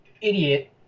idiot